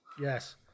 Yes